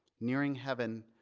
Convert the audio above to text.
nearing heaven.